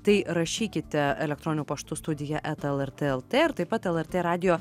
tai rašykite elektroniniu paštu studija eta lrt lt ir taip pat lrt radijo